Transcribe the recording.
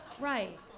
Right